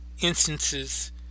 instances